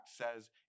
says